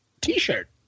t-shirt